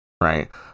Right